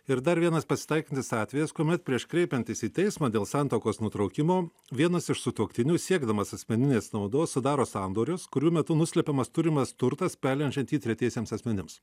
ir dar vienas pasitaikantis atvejis kuomet prieš kreipiantis į teismą dėl santuokos nutraukimo vienas iš sutuoktinių siekdamas asmeninės naudos sudaro sandorius kurių metu nuslepiamas turimas turtas perleidžiant jį tretiesiems asmenims